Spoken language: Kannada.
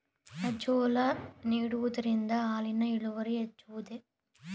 ಅಜೋಲಾ ನೀಡುವುದರಿಂದ ಹಾಲಿನ ಇಳುವರಿ ಹೆಚ್ಚುವುದೇ?